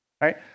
right